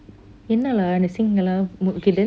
என்ன:enna lah அந்த:anta sink எல்லாம்:ellaam okay then